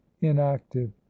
inactive